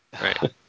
Right